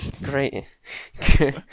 great